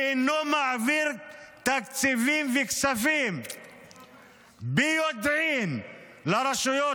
ואינו מעביר תקציבים וכספים ביודעין לרשויות